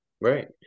right